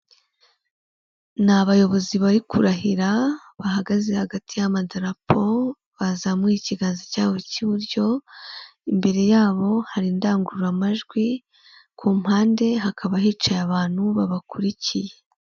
Mu ihuriro ry'imihanda ahazwi nka rompuwe, harimo imirongo igi inyuranye ifasha abagenzi n'ibinyabiziga kubisikana. Iyimirongo baba bagenzi cyangwa se abashoferi, bagomba kuyubahiriza buri umwe akagenda mu buryo bwe.